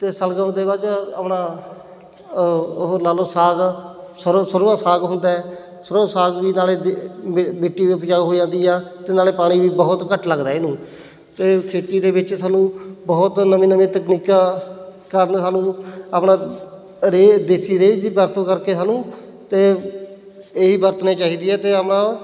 ਅਤੇ ਸ਼ਲਗਮ ਦੇ ਬਾਅਦ 'ਚ ਆਪਣਾ ਉਹ ਲਾ ਲਉ ਸਾਗ ਸਰ੍ਹੋਂ ਸਰ੍ਹੋਂ ਦਾ ਸਾਗ ਹੁੰਦਾ ਸਰ੍ਹੋਂ ਦਾ ਸਾਗ ਵੀ ਨਾਲੇ ਮਿੱਟੀ ਉਪਜਾਊ ਹੋ ਜਾਂਦੀ ਆ ਅਤੇ ਨਾਲੇ ਪਾਣੀ ਵੀ ਬਹੁਤ ਘੱਟ ਲੱਗਦਾ ਇਹਨੂੰ ਅਤੇ ਖੇਤੀ ਦੇ ਵਿੱਚ ਸਾਨੂੰ ਬਹੁਤ ਨਵੀ ਨਵੀਆਂ ਤਕਨੀਕਾਂ ਕਾਰਨ ਸਾਨੂੰ ਆਪਣਾ ਰੇਹ ਦੇਸੀ ਰੇਹ ਦੀ ਵਰਤੋਂ ਕਰਕੇ ਸਾਨੂੰ ਅਤੇ ਇਹੀ ਵਰਤਣੀ ਚਾਹੀਦੀ ਹੈ ਅਤੇ ਆਪਣਾ